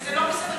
וזה לא בסדר,